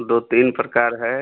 दो तीन प्रकार है